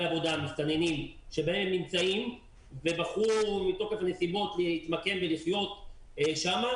העבודה/המסתננים ובחרו מתוקף הנסיבות להתמקם ולחיות שם.